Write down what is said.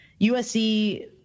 USC